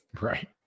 Right